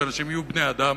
שאנשים יהיו בני-אדם,